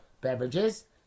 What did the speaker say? beverages